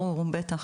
ברור, בטח.